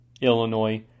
Illinois